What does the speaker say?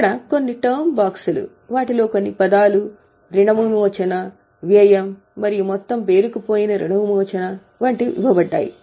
ఇక్కడ కొన్ని టర్మ్ బాక్స్లు వాటిలో కొన్ని పదాలు రుణ విమోచన వంటివి ఇవ్వబడ్డాయి